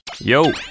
Yo